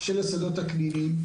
של השדות הקליניים,